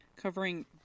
covering